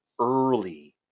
early